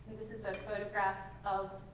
this is a photograph of